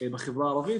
בחברה הערבית,